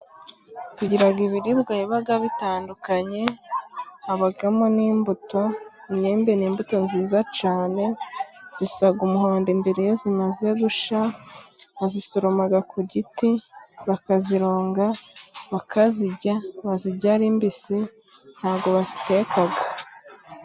Tugira ibiribwa yaba bitandukanye habamo n'imbuto, imyembe ni imbuto nziza cyane zisa umuhondo imbere iyo zimaze gushya, bazisoroma ku giti bakazironga bakazirya, bazirya mbisi ntago baziteka.